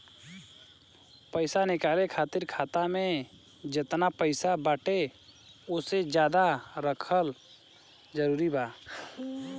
पईसा निकाले खातिर खाता मे जेतना पईसा बाटे ओसे ज्यादा रखल जरूरी बा?